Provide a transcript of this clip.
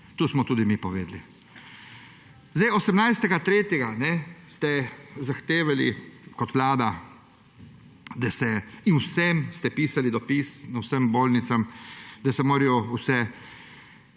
to smo tudi mi povedali. 18. 3. ste zahtevali kot Vlada, in vsem ste pisali dopis, vsem bolnicam, da se morajo vse